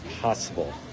possible